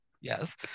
Yes